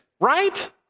right